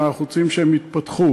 אלא אנחנו רוצים שהם יתפתחו.